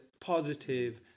positive